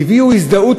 הביעו הזדהות,